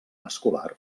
escolar